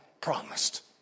promised